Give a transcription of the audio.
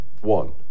one